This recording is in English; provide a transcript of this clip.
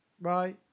Bye